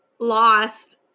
lost